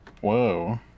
whoa